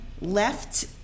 left